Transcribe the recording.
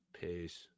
Peace